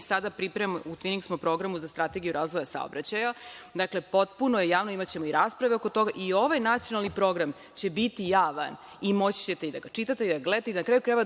sada pripremamo. Mi smo u programu za strategiju razvoja saobraćaja. Dakle, potpuno je javno. Imaćemo i rasprave oko toga i ovaj nacionalni program će biti javan i moći ćete i da ga čitate i da ga gledate i, na kraju krajeva,